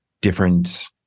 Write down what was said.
different